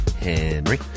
Henry